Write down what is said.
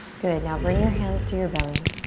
good, now bring your hands to your belly.